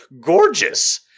gorgeous